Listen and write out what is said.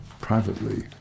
privately